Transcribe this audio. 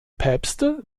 päpste